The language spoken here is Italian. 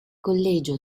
collegio